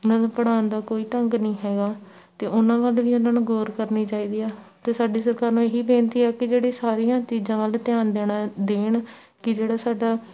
ਉਹਨਾਂ ਨੂੰ ਪੜ੍ਹਾਉਣ ਦਾ ਕੋਈ ਢੰਗ ਨਹੀਂ ਹੈਗਾ ਅਤੇ ਉਹਨਾਂ ਵੱਲ ਵੀ ਉਹਨਾਂ ਨੂੰ ਗੌਰ ਕਰਨੀ ਚਾਹੀਦੀ ਆ ਅਤੇ ਸਾਡੀ ਸਰਕਾਰ ਨੂੰ ਇਹੀ ਬੇਨਤੀ ਹੈ ਕਿ ਜਿਹੜੀ ਸਾਰੀਆਂ ਚੀਜ਼ਾਂ ਵੱਲ ਧਿਆਨ ਦੇਣਾ ਦੇਣ ਕਿ ਜਿਹੜਾ ਸਾਡਾ